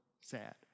sad